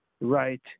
right